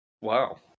Wow